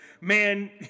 man